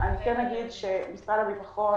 משרד הביטחון